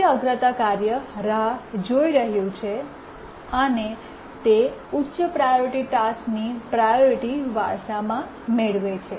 ઉચ્ચ અગ્રતા કાર્ય રાહ જોઈ રહ્યું છે અને તે ઉચ્ચ પ્રાયોરિટી ટાસ્કની પ્રાયોરિટી વારસામાં મેળવે છે